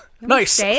Nice